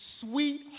sweet